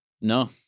No